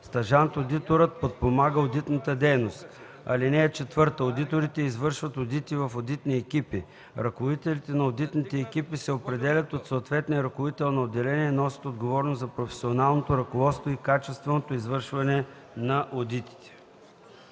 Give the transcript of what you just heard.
Стажант-одиторът подпомага одитната дейност. (4) Одиторите извършват одити в одитни екипи. Ръководителите на одитните екипи се определят от съответния ръководител на отделение и носят отговорност за професионалното ръководство и качественото извършване на одитите”.